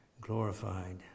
glorified